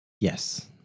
Yes